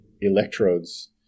electrodes